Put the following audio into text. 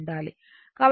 కాబట్టి Vm sin ω t